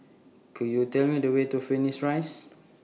Could YOU Tell Me The Way to Phoenix Rise